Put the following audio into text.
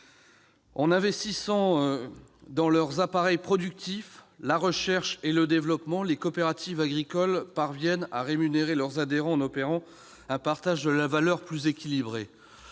En investissant dans leurs appareils productifs, la recherche et le développement, les coopératives agricoles parviennent à rémunérer leurs adhérents et à effectuer un partage de la valeur plus équilibré.